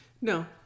No